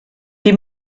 die